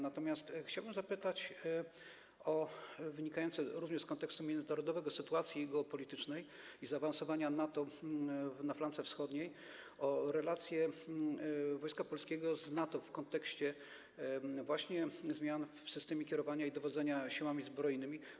Natomiast chciałbym zapytać również o wynikające z kontekstu międzynarodowego, sytuacji geopolitycznej i zaawansowania NATO na flance wschodniej relacje Wojska Polskiego z NATO w kontekście właśnie zmian w systemie kierowania i dowodzenia Siłami Zbrojnymi.